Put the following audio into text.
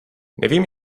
nevím